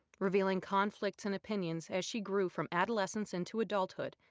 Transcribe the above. revealing conflicts, and opinions as she grew from adolescence into adulthood,